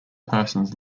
persons